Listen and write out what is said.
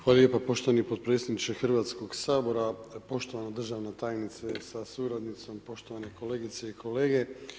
Hvala lijepa poštovani potpredsjedniče Hrvatskog sabora, poštovana državne tajnice sa suradnicom, poštovane kolegice i kolege.